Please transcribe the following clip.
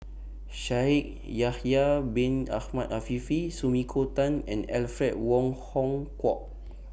Shaikh Yahya Bin Ahmed Afifi Sumiko Tan and Alfred Wong Hong Kwok